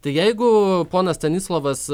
tai jeigu ponas stanislovas